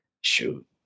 shoot